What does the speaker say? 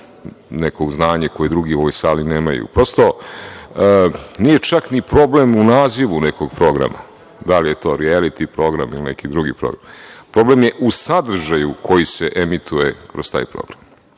neko znanje koji drugi u ovoj sali nemaju, prosto nije čak ni problem u nazivu nekog programa, da li je to rijaliti program ili neki drugi program. Problem je u sadržaju koji se emituje kroz taj program,